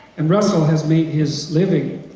and russel has made his living